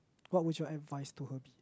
what would your advice to her be